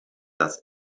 das